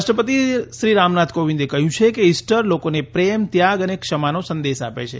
રાષ્ટ્રપતિ શ્રી રામનાથ કોવિંદે કહયું છે કે ઇસ્ટર લોકોને પ્રેમ ત્યાગ અને ક્ષમાનો સંદેશ આપે છે